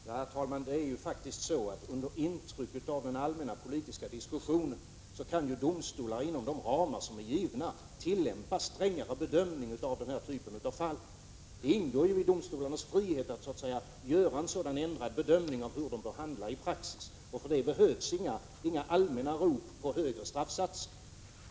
Herr talman! Det är ju faktiskt så, att domstolar under intryck av den allmänna politiska diskussionen kan, inom de ramar som är givna, tillämpa strängare bedömning av den här typen av fall. Det ingår i domstolarnas frihet att göra en sådan ändrad bedömning av hur de bör handla i praxis. För det behövs inga allmänna rop på högre straffsatser.